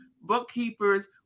bookkeepers